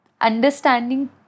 understanding